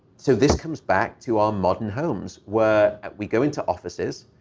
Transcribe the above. so this comes back to our modern homes, where we go into offices,